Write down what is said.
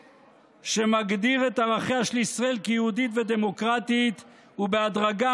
שמגדיר את ערכיה של ישראל כיהודית ודמוקרטית ובהדרגה